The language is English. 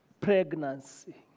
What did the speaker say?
pregnancy